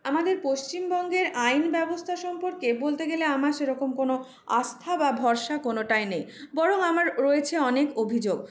আমাদের পশ্চিমবঙ্গের আইনব্যবস্থা সম্পর্কে বলতে গেলে আমার সেরকম কোনো আস্থা বা ভরসা কোনোটাই নেই বরং আমার রয়েছে অনেক অভিযোগ